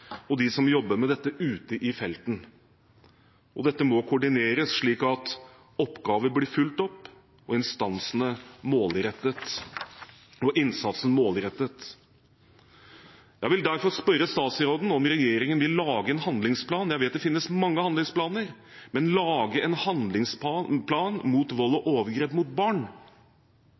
og de som jobber med dette ute i felten. Dette må koordineres slik at oppgaver blir fulgt opp og innsatsen blir målrettet. Jeg vil derfor spørre statsråden om regjeringen vil lage en handlingsplan – jeg vet det finnes mange handlingsplaner – mot vold og overgrep mot barn.